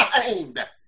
mind